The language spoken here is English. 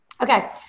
Okay